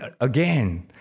again